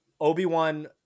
Obi-Wan